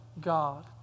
God